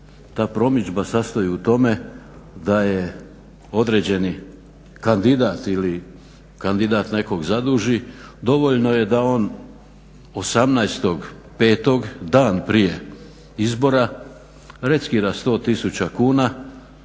ta promidžba sastoji u tome da je određeni kandidat ili kandidat nekog zaduži, dovoljno je da on 18.5., dan prije izbora reskira 100 tisuća